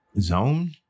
Zone